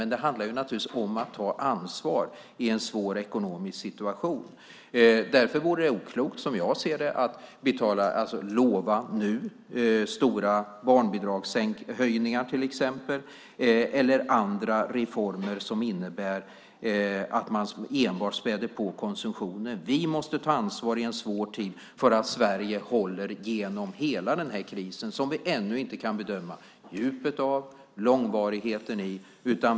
Men det handlar naturligtvis om att ta ansvar i en svår ekonomisk situation. Därför vore det oklokt, som jag ser det, att nu lova till exempel stora barnbidragshöjningar eller andra reformer som innebär att man enbart späder på konsumtionen. Vi måste ta ansvar i en svår tid så att Sverige håller genom hela den här krisen som vi ännu inte kan bedöma djupet av eller långvarigheten i.